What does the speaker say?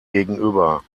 gegenüber